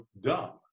dumb